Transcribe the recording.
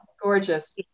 Gorgeous